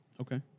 okay